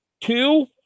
Two